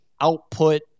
output